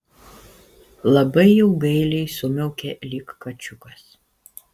labai jau gailiai sumiaukė lyg kačiukas